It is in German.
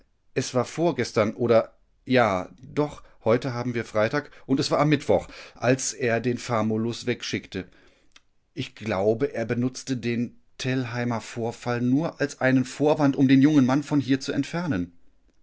es war vorgestern oder ja doch heute haben wir freitag und es war am mittwoch als er den famulus wegschickte ich glaube er benutzte den telheimer vorfall nur als einen vorwand um den jungen mann von hier zu entfernen